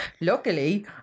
Luckily